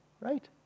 right